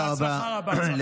בהצלחה רבה.